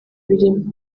birimo